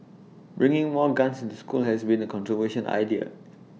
bringing more guns into school has been A controversial idea